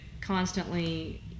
constantly